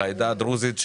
לעדה דרוזית,